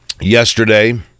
yesterday